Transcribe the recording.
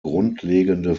grundlegende